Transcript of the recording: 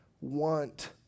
want